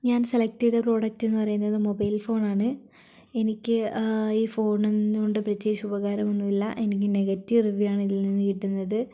ഞാൻ സെലക്ട് ചെയ്ത പ്രോഡക്റ്റ് എന്ന് പറയുന്നത് മൊബൈൽ ഫോണാണ് എനിക്ക് ഈ ഫോണിനെക്കൊണ്ട് പ്രത്യേകിച്ച് ഉപകാരം ഒന്നും ഇല്ല എനിക്ക് നെഗറ്റീവ് റിവ്യൂ ആണ് ഇതിൽ നിന്ന് കിട്ടുന്നത്